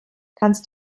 kannst